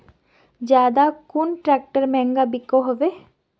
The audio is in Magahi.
ज्यादा कुन ट्रैक्टर महंगा बिको होबे?